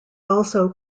also